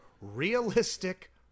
realistic